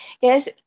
yes